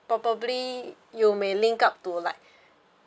probably you may link up to like